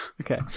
Okay